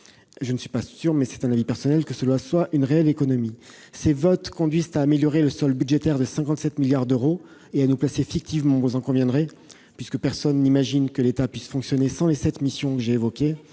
je ne suis pas sûr, mais c'est un avis personnel, que cela soit une réelle économie. Ces votes conduisent à améliorer le solde budgétaire de 57 milliards d'euros et à nous placer- fictivement, vous en conviendrez, puisque personne n'imagine que l'État puisse fonctionner sans les sept missions que j'ai évoquées